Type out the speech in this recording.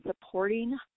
supporting